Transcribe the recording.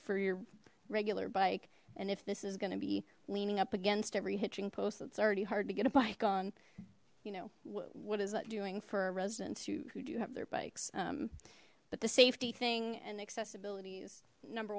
for your regular bike and if this is gonna be leaning up against every hitching post that's already hard to get a bike on you know what is that doing for a residence you who do you have their bikes um but the safety thing and accessibility is number